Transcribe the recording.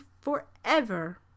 forever